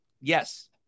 Yes